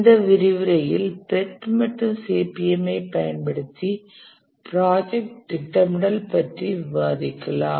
இந்த விரிவுரையில் PERT மற்றும் CPM ஐ பயன்படுத்தி ப்ராஜெக்ட் திட்டமிடல் பற்றி விவாதிக்கலாம்